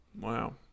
Wow